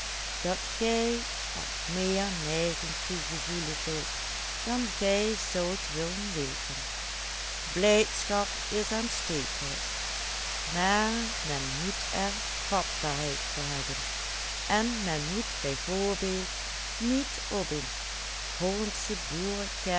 blijdschap is aanstekelijk maar men moet er vatbaarheid voor hebben en men moet bijv niet